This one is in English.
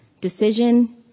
decision